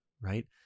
right